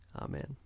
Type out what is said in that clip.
Amen